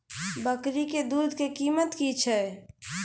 बकरी के दूध के कीमत की छै?